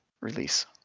release